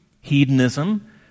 hedonism